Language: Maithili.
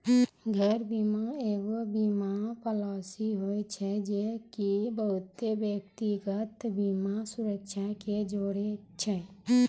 घर बीमा एगो बीमा पालिसी होय छै जे की बहुते व्यक्तिगत बीमा सुरक्षा के जोड़े छै